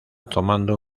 tomando